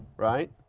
right?